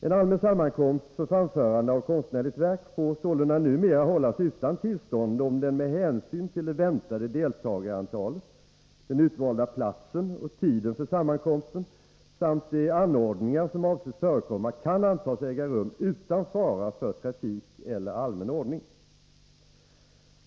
En allmän sammankomst för framförande av konstnärligt verk får sålunda numera hållas utan tillstånd, om den med hänsyn till det väntade deltagarantalet, den utvalda platsen och tiden för sammankomsten samt de anordningar som avses förekomma kan antas äga rum utan fara för trafik eller allmän ordning.